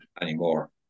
anymore